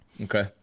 Okay